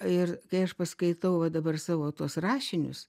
ir kai aš paskaitau va dabar savo tuos rašinius